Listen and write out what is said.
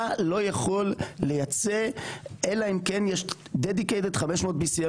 אתה לא יכול לייצא אלא אם כן יש dedicated BCM500